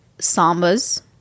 sambas